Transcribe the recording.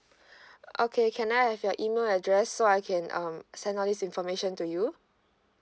okay can I have your email address so I can um send all this information to you